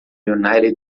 united